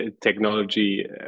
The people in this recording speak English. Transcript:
technology